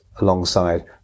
alongside